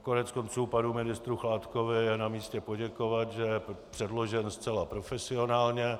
Koneckonců panu ministru Chládkovi je namístě poděkovat, že byl předložen zcela profesionálně.